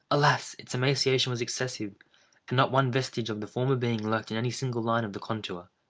alas! its emaciation was excessive, and not one vestige of the former being lurked in any single line of the contour.